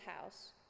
house